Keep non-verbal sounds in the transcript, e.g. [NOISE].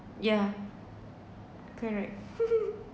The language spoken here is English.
yeah correct [LAUGHS]